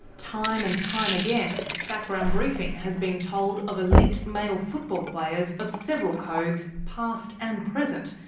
time and time again background briefing has been told of elite male football players of several codes, past and present,